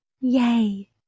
Yay